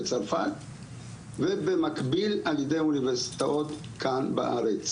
בצרפת ובמקביל על ידי אוניברסיטאות כאן בארץ,